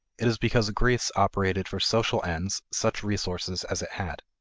it is because greece operated for social ends such resources as it had.